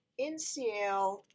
NCL